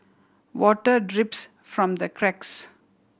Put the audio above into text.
water drips from the cracks